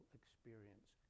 experience